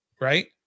right